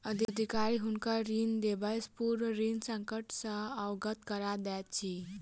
अधिकारी हुनका ऋण देबयसॅ पूर्व ऋण संकट सॅ अवगत करा दैत अछि